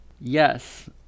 yes